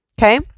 okay